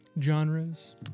genres